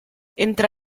entre